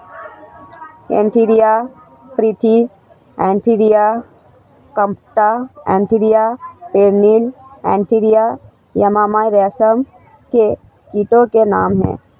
Antheraea frithi Antheraea compta Antheraea pernyi Antheraea yamamai रेशम के कीटो के नाम हैं